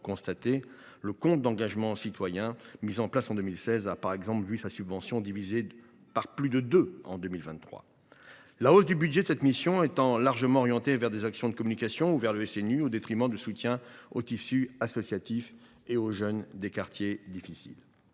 demandes. Le compte d’engagement citoyen (CEC), mis en place en 2016, a par exemple vu sa subvention divisée par plus de deux en 2023. La hausse du budget de cette mission étant largement orientée vers des actions de communication ou vers le SNU, et ce au détriment du soutien au tissu associatif et aux jeunes des quartiers difficiles,